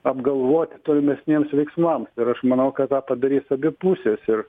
apgalvoti tolimesniems veiksmams ir aš manau kad tą padarys abi pusės ir